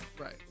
Right